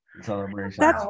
Celebration